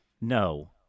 no